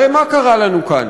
הרי מה קרה לנו כאן?